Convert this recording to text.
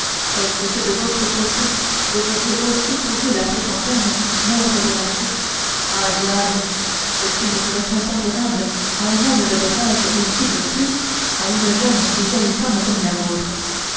est-ce que de votre côté vous auriez couru la prétantaine maître bonacieux ah diable ceci ne serait point pardonnable à un homme de votre âge et qui de plus a une jeune et jolie femme comme la vôtre